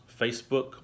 Facebook